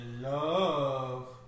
love